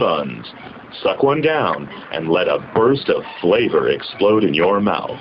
and suck one down and let a burst of flavor explode in your mouth